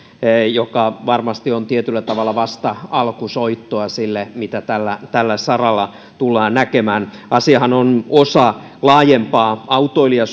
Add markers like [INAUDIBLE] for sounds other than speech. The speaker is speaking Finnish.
joka varmasti on tietyllä tavalla vasta alkusoittoa sille mitä tällä tällä saralla tullaan näkemään asiahan on osa laajempaa autoilija [UNINTELLIGIBLE]